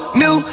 new